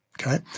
okay